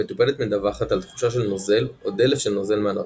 המטופלת מדווחת על תחושה של נוזל או דלף של נוזל מהנרתיק.